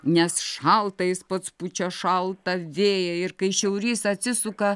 nes šalta jis pats pučia šaltą vėją ir kai šiaurys atsisuka